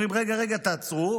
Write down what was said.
אומרים: רגע, רגע, תעצרו,